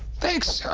thanks.